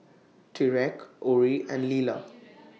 Tyreke Orie and Lila